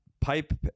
Pipe